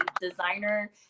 designer